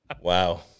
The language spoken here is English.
Wow